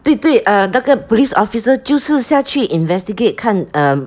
对对 uh 那个 police officer 就是下去 investigate 看 um